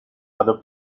other